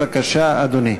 בבקשה, אדוני.